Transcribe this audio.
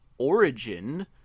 origin